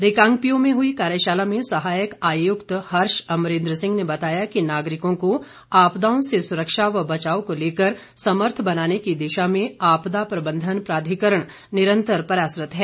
रिकांगपिओ में हुई कार्यशाला में सहायक आयुक्त हर्ष अमरेंद्र सिंह ने बताया कि नागरिको को आपदाओं से सुरक्षा व बचाव को लेकर समर्थ बनाने की दिशा में आपदा प्रबंधन प्राधिकरण निरंतर प्रयासरत है